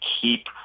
keep